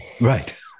Right